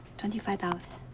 twenty five dollars.